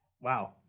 Wow